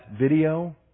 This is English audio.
video